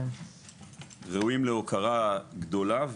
הם ראויים להוקרה גדולה,